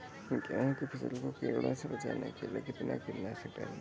गेहूँ की फसल को कीड़ों से बचाने के लिए कितना कीटनाशक डालें?